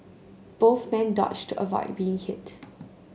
both men dodged avoid being hit